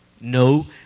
No